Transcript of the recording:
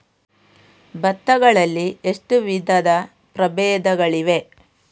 ಭತ್ತ ಗಳಲ್ಲಿ ಎಷ್ಟು ವಿಧದ ಪ್ರಬೇಧಗಳಿವೆ?